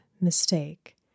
mistake